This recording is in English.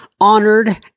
honored